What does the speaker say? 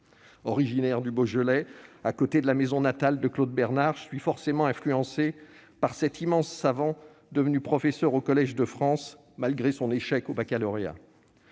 Originaire du Beaujolais, à côté de la maison natale de Claude Bernard, je suis forcément influencé par cet immense savant devenu professeur au Collège de France, malgré son échec au baccalauréat.